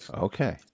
Okay